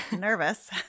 nervous